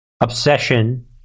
obsession